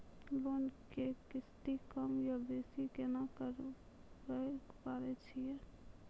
Loan के किस्ती कम या बेसी केना करबै पारे छियै?